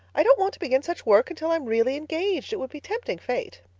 i don't want to begin such work until i'm really engaged. it would be tempting fate.